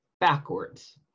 backwards